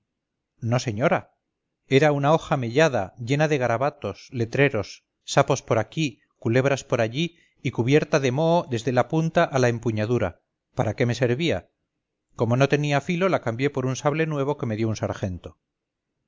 no señora era una hoja mellada llena de garabatos letreros sapos por aquí culebras por allí y cubierta de moho desde la punta a la empuñadura para qué me servía como no tenía filo la cambié por un sable nuevo que me dio un sargento